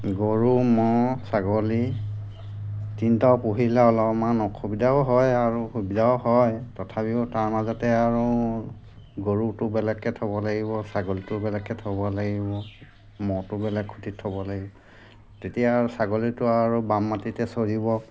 গৰু ম'হ ছাগলী তিনিটাও পুহিলে অলপমান অসুবিধাও হয় আৰু সুবিধাও হয় তথাপিও তাৰ মাজতে আৰু গৰুটো বেলেগকৈ থ'ব লাগিব ছাগলীটোও বেলেগকৈ থ'ব লাগিব ম'হটো বেলেগ খুটিত থ'ব লাগিব তেতিয়া আৰু ছাগলীটো আৰু বাম মাটিতে চৰিব